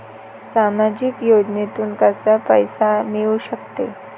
सामाजिक योजनेतून कसा पैसा मिळू सकतो?